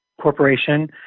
corporation